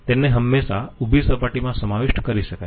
તેને હંમેશાં ઉભી સપાટીમાં સમાવિષ્ટ કરી શકાય છે